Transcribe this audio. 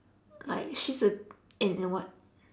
like she's a and and what